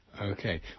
okay